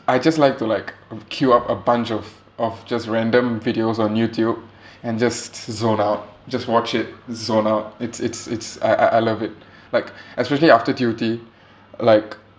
I just like to like cue up a bunch of of just random videos on youtube and just zone out just watch it zone out it's it's it's I I I love it like especially after duty like